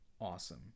awesome